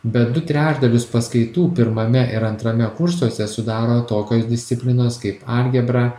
bet du trečdalius paskaitų pirmame ir antrame kursuose sudaro tokios disciplinos kaip algebra